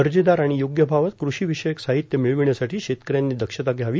दर्जेदार आणि योग्य भावात कृषी विषयक साहित्य मिळविण्यासाठी शेतकऱ्यांनी दक्षता घ्यावी